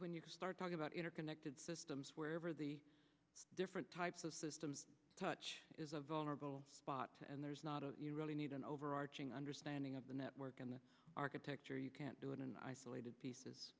when you start talking about interconnected systems wherever the different types of systems touch is a vulnerable spot and there's not a you really need an overarching understanding of the network and the architecture you can't do it in isolated pieces